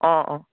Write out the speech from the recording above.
অঁ অঁ